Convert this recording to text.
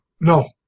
No